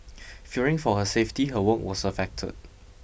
fearing for her safety her work was affected